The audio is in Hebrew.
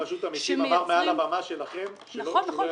מנהל רשות המיסים אמר מעל הבמה שלכם שהוא לא יכיר בזה.